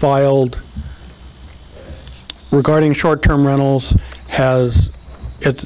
filed regarding short term runnels has it